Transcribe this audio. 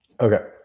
Okay